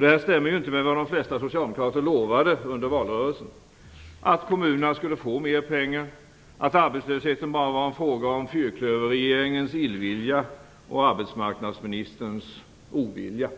Detta stämmer inte heller med vad de flesta socialdemokrater lovade under valrörelsen, dvs. att kommunerna skulle få mer pengar och att arbetslösheten bara var en fråga om fyrklöverregeringens illvilja och arbetsmarknadsministerns ovilja.